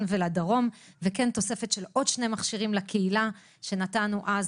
ובדרום ותוספת של עוד שני מכשירים לקהילה שנתנו אז